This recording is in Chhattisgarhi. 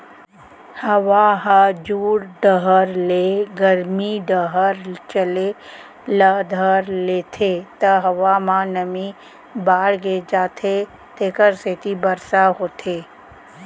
हवा ह जुड़ डहर ले गरमी डहर चले ल धर लेथे त हवा म नमी बाड़गे जाथे जेकर सेती बरसा होथे